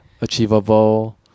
Achievable